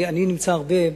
אני נמצא הרבה,